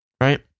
right